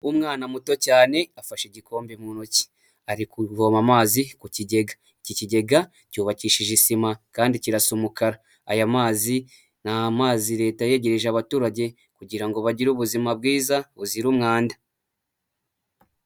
Umwana muto cyane afashe igikombe mu ntoki ari kuvoma amazi ku kigega, iki kigega cyubakishije isima kandi kirasa umukara. Aya mazi ni amazi Leta yegereje abaturage kugira ngo bagire ubuzima bwiza buzira umwanda.